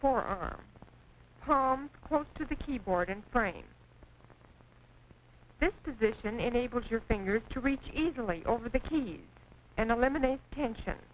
forearm home close to the keyboard and brain this position enables your fingers to reach easily over the key and eliminate tension